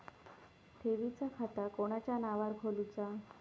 ठेवीचा खाता कोणाच्या नावार खोलूचा?